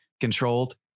controlled